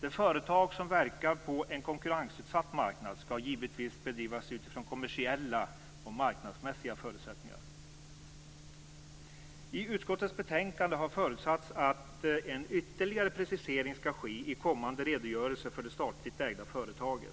De företag som verkar på en konkurrensutsatt marknad skall givetvis bedrivas utifrån kommersiella och marknadsmässiga förutsättningar. I utskottets betänkande har förutsatts att en ytterligare precisering skall ske i kommande redogörelser för de statligt ägda företagen.